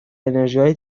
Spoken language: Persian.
انرژیهای